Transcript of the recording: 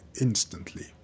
instantly